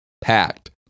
packed